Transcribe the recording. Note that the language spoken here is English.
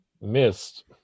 missed